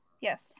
Yes